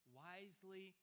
wisely